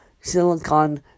Silicon